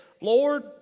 Lord